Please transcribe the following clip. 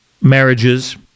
marriages